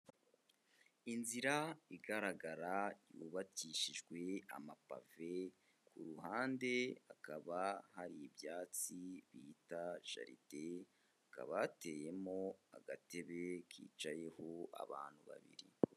Inzira igaragara yubakishijwe amapave, ku ruhande hakaba hari byatsi bita jaride hakaba hateyemo agatebe kicayeho abantu babiri.